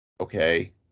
Okay